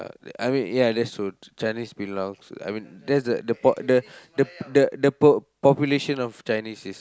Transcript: I mean ya that's true Chinese belongs I mean that's the the po~ the the the po~ population of Chinese is